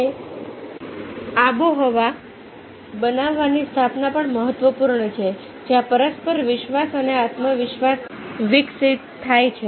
અને આબોહવા બનાવવાની સ્થાપના પણ મહત્વપૂર્ણ છે જ્યાં પરસ્પર વિશ્વાસ અને આત્મવિશ્વાસ વિકસિત થાય છે